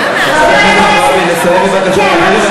חברת הכנסת זועבי, לסיים בבקשה.